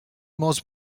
must